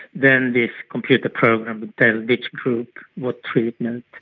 then this computer program would tell each group what treatment,